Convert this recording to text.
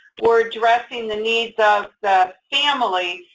we're addressing the needs of the family,